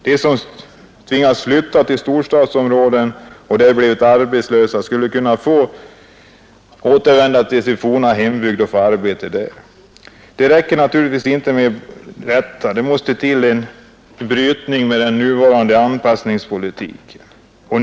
De som tvingats flytta till storstadsområden och där blivit arbetslösa skulle kunna få återvända till sin hembygd och få arbete där. Men det räcker naturligtvis inte bara med detta, utan den nuvarande anpassningspolitiken måste helt brytas.